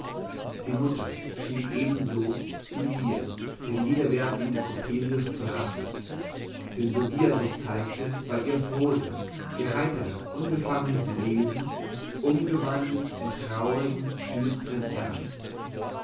die mutter schien ebenso wie wir den widerwärtigen coppelius zu hassen denn so wie er sich zeigte war ihr frohsinn ihr heiteres unbefangenes wesen umgewandelt in traurigen düstern ernst